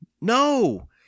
No